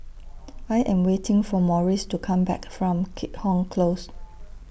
I Am waiting For Morris to Come Back from Keat Hong Close